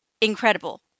incredible